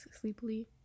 sleepily